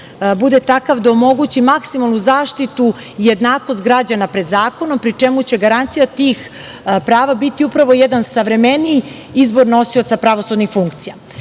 bude takav da omogući maksimalnu zaštitu, jednakost građana pred zakonom, pri čemu će garancija tih prava biti upravo jedan savremeniji izbor nosioca pravosudnih funkcija.Za